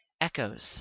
echoes